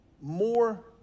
more